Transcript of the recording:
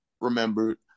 remembered